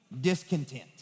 discontent